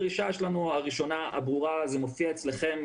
הדרישה הראשונה שלנו הברורה זה מופיע אצלכם,